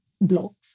blocks